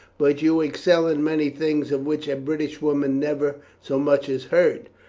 but you excel in many things of which a british woman never so much as heard.